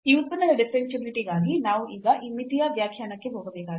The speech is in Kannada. ಈ ಉತ್ಪನ್ನದ ಡಿಫರೆನ್ಷಿಯಾಬಿಲಿಟಿ ಗಾಗಿ ನಾವು ಈಗ ಈ ಮಿತಿಯ ವ್ಯಾಖ್ಯಾನಕ್ಕೆ ಹೋಗಬೇಕಾಗಿದೆ